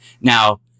Now